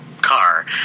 Car